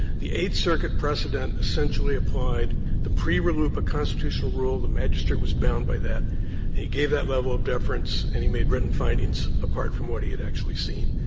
the eighth circuit precedent essentially applied the pre-rluipa constitutional rule, the magistrate was bound by that, and he gave that level of deference and he made written findings apart from what he had actually seen.